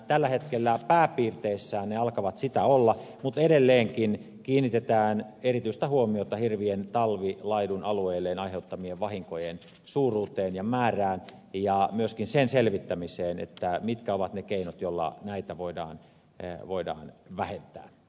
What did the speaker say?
tällä hetkellä pääpiirteissään ne alkavat sitä olla mutta edelleenkin kiinnitetään erityistä huomiota hirvien talvilaidunalueilleen aiheuttamien vahinkojen suuruuteen ja määrään ja myöskin sen selvittämiseen mitkä ovat ne keinot joilla näitä voidaan vähentää